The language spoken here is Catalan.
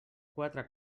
quatre